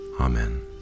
Amen